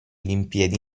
olimpiadi